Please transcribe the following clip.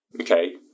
Okay